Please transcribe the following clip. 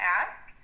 ask